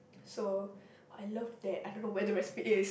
so I love that I don't know where the recipe is